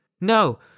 No